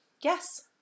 Yes